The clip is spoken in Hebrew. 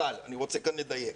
אבל אני רוצה כאן לדייק.